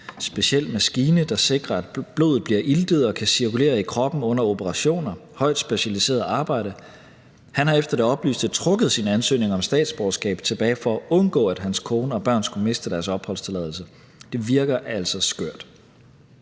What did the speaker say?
speciel maskine, der sikrer, at blodet bliver iltet og kan cirkulere i kroppen under operationer. Det er et højt specialiseret arbejde. Han har efter det oplyste trukket sin ansøgning om statsborgerskab tilbage for at undgå, at hans kone og børn skulle miste deres opholdstilladelse. Det virker altså skørt.